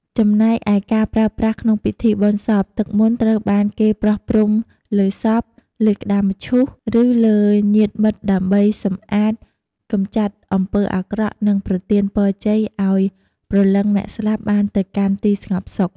ចំណែកឯការប្រើប្រាស់ក្នុងពិធីបុណ្យសព ទឹកមន្តត្រូវបានគេប្រោះព្រំលើសព លើមឈូស ឬលើញាតិមិត្តដើម្បីសម្អាត កម្ចាត់អំពើអាក្រក់ និងប្រទានពរជ័យឱ្យព្រលឹងអ្នកស្លាប់បានទៅកាន់ទីស្ងប់សុខ។